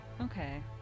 Okay